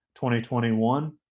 2021